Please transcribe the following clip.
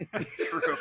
True